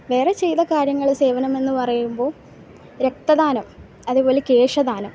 വേറെ ചെയ്ത കാര്യങ്ങൾ സേവനം എന്ന് പറയുമ്പോൾ രക്തദാനം അതുപോലെ കേശദാനം